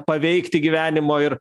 paveikti gyvenimo ir